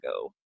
go